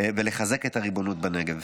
ולחזק את הריבונות בנגב.